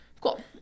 Cool